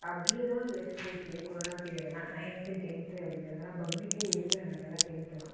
அப்படியே தான் லைஃப் போச்சு கொரோனா பீரியட்லலெல்லாம் நைன்த்து டென்த்து அப்டிங்கிறதல்லாம் பப்ளிக்கே எழுதலை நாங்கள்லாம் டென்த்தெல்லாம்